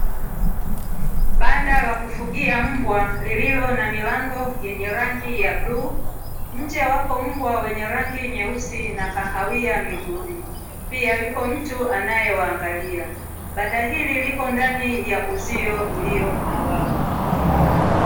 Banda la kufugia mbwa lililo na milango yenye rangi ya bluu, nje wapo mbwa wenye rangi nyeusi na kahawia miguuni, pia yupo mtu anayewaangalia. Banda hili lipo ndani ya uzio ulio na wavu.